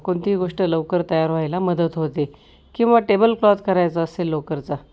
कोणतीही गोष्ट लवकर तयार व्हायला मदत होते किंवा टेबल क्लॉत करायचं असेल लोकरचा